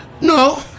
no